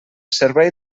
servei